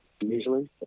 usually